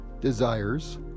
desires